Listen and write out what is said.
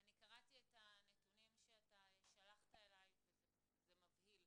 אני קראתי את הנתונים שאתה שלחת אליי, וזה מבהיל.